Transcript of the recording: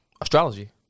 Astrology